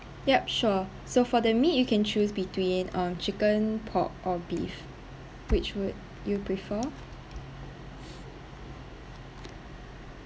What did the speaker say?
yup sure so for the meat you can choose between uh chicken pork or beef which would you prefer